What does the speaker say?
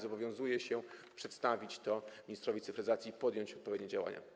Zobowiązuję się przedstawić to ministrowi cyfryzacji i podjąć odpowiednie działania.